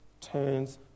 turns